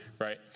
right